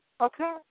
Okay